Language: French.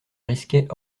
risquaient